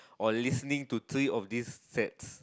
or listening to three of this sets